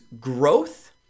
growth